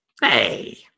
Hey